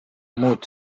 muud